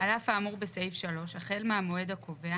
האמור בסעיף 3, החל מהמועד הקובע